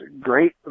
Great